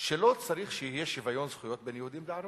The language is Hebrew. שלא צריך שיהיה שוויון זכויות בין יהודים לערבים.